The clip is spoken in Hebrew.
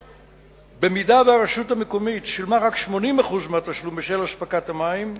במידה שהרשות המקומית שילמה רק 80% מהתשלום בשל אספקת המים,